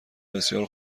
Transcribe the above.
بسیار